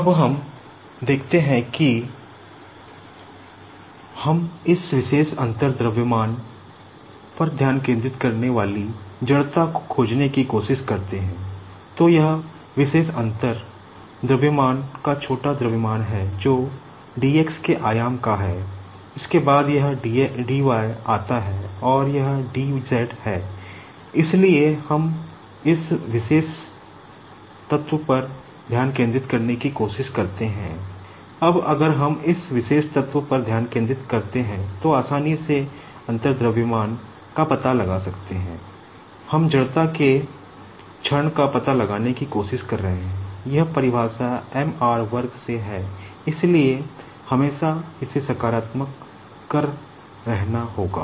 अब हम देखते हैं कि हम इस विशेष डिफरेंसइल मास करना होगा